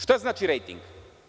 Šta znači rejting?